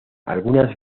algunas